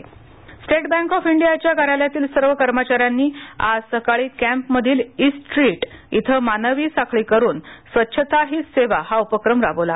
मानवी साखळी state bank of इंडियाच्या कार्यालयातील सर्वकर्मचार्यांनी आज सकाळी कॅम्प मधील ईस्टस्ट्रीट इथ मानवी साखळी करून स्वच्छता हीचसेवा हा उपक्रम राबविला